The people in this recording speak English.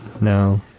No